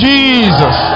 Jesus